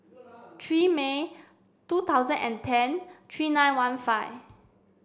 three May two thousand and ten three nine one five